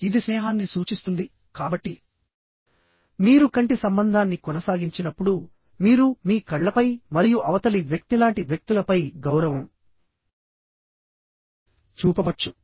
ఇది స్నేహాన్ని సూచిస్తుంది కాబట్టి మీరు కంటి సంబంధాన్ని కొనసాగించినప్పుడు మీరు మీ కళ్ళపై మరియు అవతలి వ్యక్తిలాంటి వ్యక్తులపై గౌరవం చూపవచ్చు